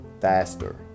faster